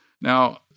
Now